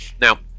Now